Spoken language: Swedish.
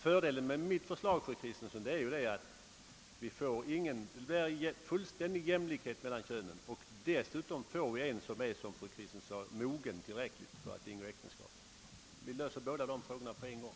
Fördelen med mitt förslag, fru Kristensson, är att vi får fullständig jämlikhet mellan könen och dessutom en part som — såsom fru Kristensson sade — är tillräckligt mogen för att ingå äktenskap. Vi löser båda dessa problem på en gång.